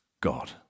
God